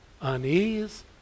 unease